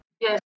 yes